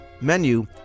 menu